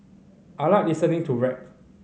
I like listening to rap